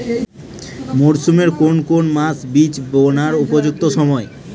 মরসুমের কোন কোন মাস বীজ বোনার উপযুক্ত সময়?